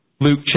Luke